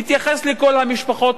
הוא מתייחס לכל המשפחות,